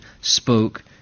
spoke